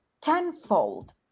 tenfold